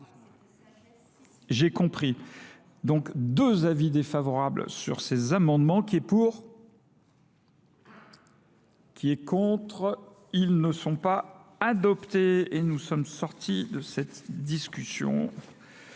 J'ai compris. Donc deux avis défavorables sur ces amendements, qui est pour, qui est contre. Ils ne sont pas adoptés. Et nous sommes sortis de cette discussion